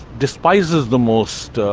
despises the most, ah